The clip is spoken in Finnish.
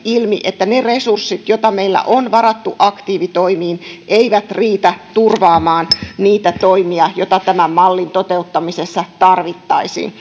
että ne resurssit joita meillä on varattu aktiivitoimiin eivät riitä turvaamaan niitä toimia joita tämän mallin toteuttamisessa tarvittaisiin